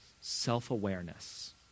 self-awareness